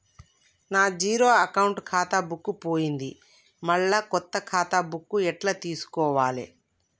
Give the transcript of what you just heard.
నా zero account ఖాతా book పోయింది మళ్ళా కొత్త ఖాతా బుక్కు ఎట్ల తీసుకోవాలే?